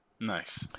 Nice